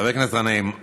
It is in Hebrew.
חבר הכנסת גנאים,